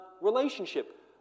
relationship